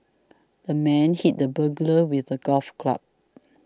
the man hit the burglar with a golf club